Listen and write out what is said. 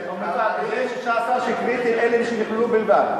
זה 16 קריטיים, אלה הם שנכללו בלבד.